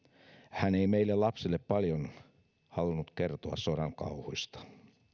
hän ei meille lapsille paljon halunnut kertoa sodan kauhuista